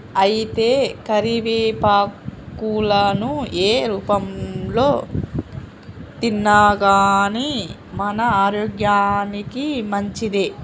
అయితే కరివేపాకులను ఏ రూపంలో తిన్నాగానీ మన ఆరోగ్యానికి మంచిదే